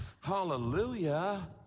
Hallelujah